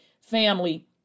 family